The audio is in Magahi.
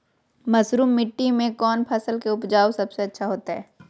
मरुस्थलीय मिट्टी मैं कौन फसल के उपज सबसे अच्छा होतय?